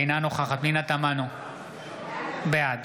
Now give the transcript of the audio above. אינה נוכחת פנינה תמנו, בעד